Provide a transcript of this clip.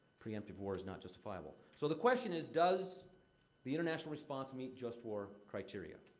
pre-emptive war is not justifiable. so, the question is, does the international response meet just war criteria?